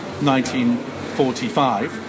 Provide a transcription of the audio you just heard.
1945